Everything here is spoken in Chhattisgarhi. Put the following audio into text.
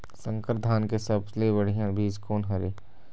संकर धान के सबले बढ़िया बीज कोन हर ये?